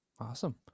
awesome